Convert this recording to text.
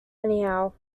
anyhow